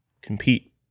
compete